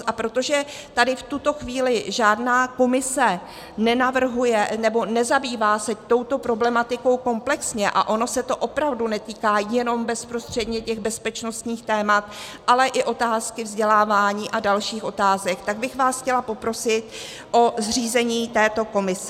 A protože tady v tuto chvíli žádná komise nenavrhuje, nebo nezabývá se touto problematikou komplexně, a ono se to opravdu netýká jenom bezprostředně těch bezpečnostních témat, ale i otázky vzdělávání a dalších otázek, tak bych vás chtěla poprosit o zřízení této komise.